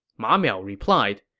ma miao replied,